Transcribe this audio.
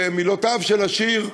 כמילותיו של השיר: